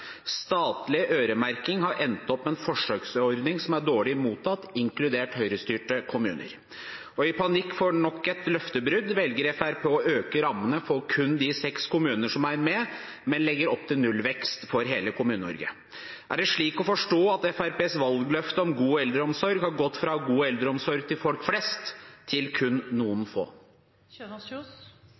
Statlig øremerking har endt opp med en forsøksordning som er dårlig mottatt, inkludert høyrestyrte kommuner. I panikk for nok et løftebrudd velger Fremskrittspartiet å øke rammene for kun de seks kommunene som er med, men legger opp til nullvekst for hele Kommune-Norge. Er det slik å forstå at Fremskrittspartiets valgløfte om god eldreomsorg har gått fra god eldreomsorg til folk flest, til kun til noen